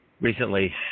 recently